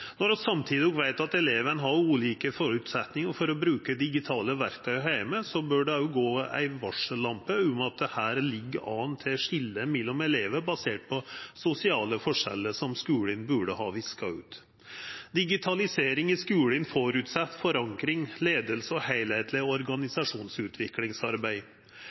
Når vi samtidig veit at elevane har ulike føresetnader for å bruka digitale verktøy heime, bør det òg lyse ei varsellampe om at det her ligg an til eit skilje mellom elevar basert på sosiale forskjellar som skulen burde ha viska ut. Digitalisering i skulen føreset forankring, leiing og heilskapleg organisasjonsutviklingsarbeid.